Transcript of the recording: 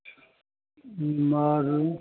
और